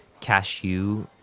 cashew